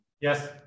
Yes